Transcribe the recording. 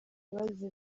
abazize